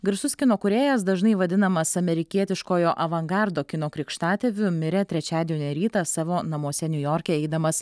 garsus kino kūrėjas dažnai vadinamas amerikietiškojo avangardo kino krikštatėviu mirė trečiadienio rytą savo namuose niujorke eidamas